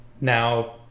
Now